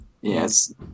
Yes